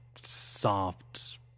soft